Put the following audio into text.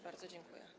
Bardzo dziękuję.